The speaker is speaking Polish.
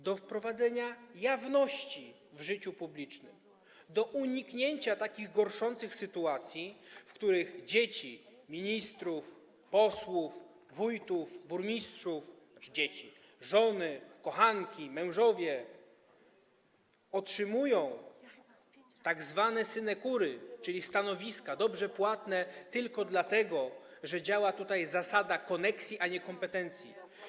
do wprowadzenia jawności w życiu publicznym, do uniknięcia takich gorszących sytuacji, w których dzieci ministrów, posłów, wójtów, burmistrzów, też żony, kochanki, mężowie otrzymują tzw. synekury, czyli stanowiska dobrze płatne, tylko dlatego, że działa tutaj zasada koneksji, a nie kompetencji.